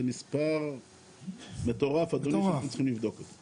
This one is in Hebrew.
זה מספר מטורף שאנחנו צריכים לבדוק אותו.